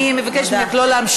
אני מבקשת ממך לא להמשיך.